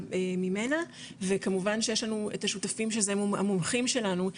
ממנה וכמובן שיש לנו את השותפים שזה המומחים שלנו,